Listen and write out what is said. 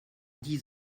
dix